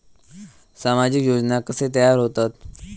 सामाजिक योजना कसे तयार होतत?